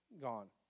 gone